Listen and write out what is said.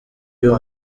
uyu